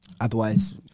otherwise